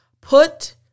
put